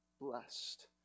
blessed